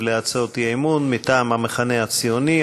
על הצעות האי-אמון מטעם המחנה הציוני,